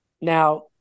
Now